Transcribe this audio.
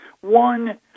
One